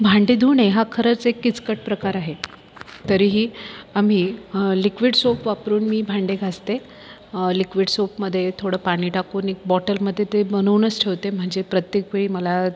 भांडे धुणे हा खरंच एक किचकट प्रकार आहे तरीही आम्ही लिक्विड सोप वापरून मी भांडे घासते लिक्विड सोपमध्ये थोडं पाणी टाकून एक बॉटलमध्ये ते बनवूनच ठेवते म्हणजे प्रत्येक वेळी मला